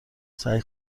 سعی